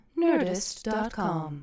nerdist.com